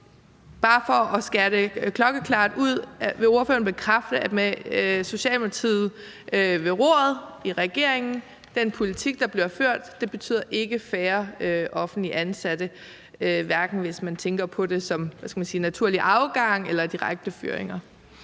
bare for at skære det helt klart ud: Vil ordføreren bekræfte, at med Socialdemokratiet ved roret i regeringen betyder den politik, der bliver ført, ikke færre offentligt ansatte, hverken hvis man tænker på det som – hvad skal man sige – naturlig afgang eller direkte fyringer?